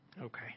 Okay